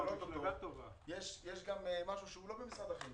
להעלות פה, יש גם משהו שהוא לא במשרד החינוך